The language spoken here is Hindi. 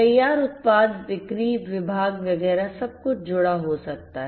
तैयार उत्पाद बिक्री विभाग वगैरह सब कुछ जुड़ा हो सकता है